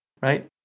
right